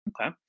Okay